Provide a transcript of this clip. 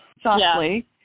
softly